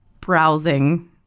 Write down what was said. browsing